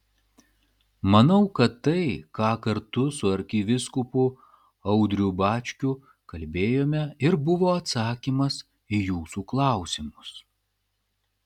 manau kad tai ką kartu su arkivyskupu audriu bačkiu kalbėjome ir buvo atsakymas į jūsų klausimus